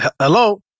Hello